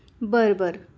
बरं बरं